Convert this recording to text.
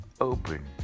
open